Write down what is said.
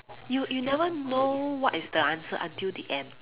you you never know what is the answer until the end